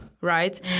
right